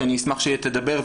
שאני אשמח שתדבר,